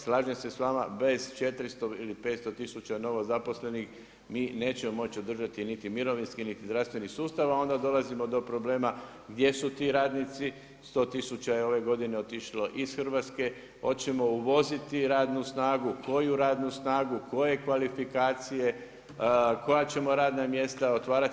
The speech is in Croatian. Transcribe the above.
Slažem se s vama bez 400 ili 500 tisuća novozaposlenih mi nećemo moći održati niti mirovinski niti zdravstveni sustav a onda dolazimo do problema gdje su ti radnici, 100 tisuća je ove godine otišlo iz Hrvatske, hoćemo uvoziti radnu snagu, koju radnu snagu, koje kvalifikacije, koja ćemo radna mjesta otvarati.